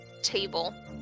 table